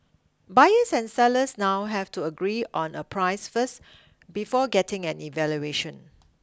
buyers and sellers now have to agree on a price first before getting an evaluation